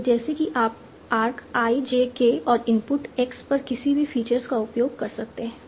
तो जैसे कि आप आर्क i j k और इनपुट x पर किसी भी फीचर्स का उपयोग कर सकते हैं